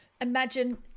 Imagine